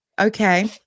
okay